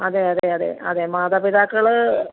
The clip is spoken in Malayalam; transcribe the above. അതെ അതെ അതെ അതെ മാതാപിതാക്കൾ